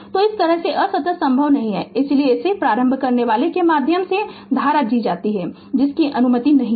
तो इस तरह से असंतत संभव नहीं है इसलिए इसे प्रारंभ करनेवाला के माध्यम से धारा दी जाती है इसकी अनुमति नहीं है